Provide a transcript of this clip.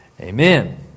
amen